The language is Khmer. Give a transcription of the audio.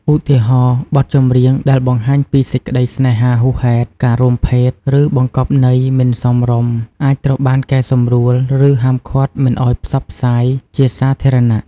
ឧទាហរណ៍ បទចម្រៀងដែលបង្ហាញពីសេចក្តីស្នេហាហួសហេតុ ការរួមភេទ ឬបង្កប់ន័យមិនសមរម្យអាចត្រូវបានកែសម្រួល ឬហាមឃាត់មិនឱ្យផ្សព្វផ្សាយជាសាធារណៈ។